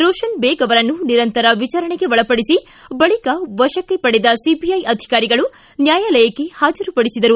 ರೋಷನ್ ದೇಗ್ ಅವರನ್ನು ನಿರಂತರ ವಿಚಾರಣೆಗೆ ಒಳಪಡಿಸಿ ಬಳಿಕ ವಶಕ್ಷೆ ಪಡೆದ ಸಿಬಿಐ ಅಧಿಕಾರಿಗಳು ನ್ಯಾಯಾಲಯಕ್ಕೆ ಹಾಜರು ಪಡಿಸಿದರು